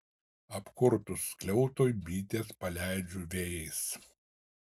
apkurtus skliautui bites paleidžiu vėjais